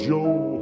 Joe